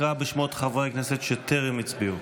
אנא קרא בשמות חברי הכנסת שטרם הצביעו.